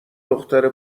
دختره